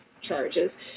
charges